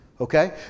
okay